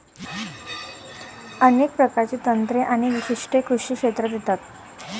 अनेक प्रकारची तंत्रे आणि वैशिष्ट्ये कृषी क्षेत्रात येतात